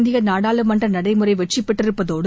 இந்திய நாடாளுமன்ற நடைமுறை வெற்றி பெற்றிருப்பதோடு